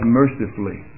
mercifully